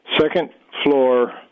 second-floor